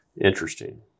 Interesting